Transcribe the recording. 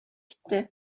китте